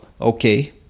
okay